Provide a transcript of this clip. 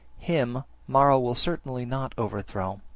him mara will certainly not overthrow,